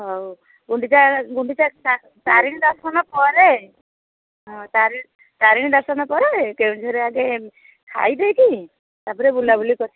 ହଉ ଗୁଣ୍ଡିଚା ତାରିଣୀ ଦର୍ଶନ ପରେ ହଁ ତାରିଣୀ ତାରିଣୀ ଦର୍ଶନ ପରେ କେଉଁଝରରେ ଆଗେ ଖାଇ ଦେଇକି ତା'ପରେ ବୁଲା ବୁଲି କରି